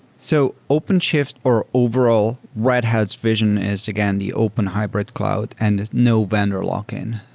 so openshift or overall red hat's vision is, again, the open hybrid cloud and no vendor lock-in.